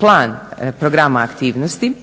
plan programa aktivnosti,